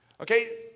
Okay